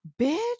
bitch